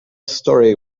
story